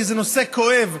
כי זה נושא כואב,